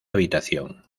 habitación